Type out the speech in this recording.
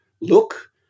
look